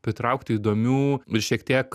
pritraukti įdomių ir šiek tiek